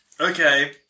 Okay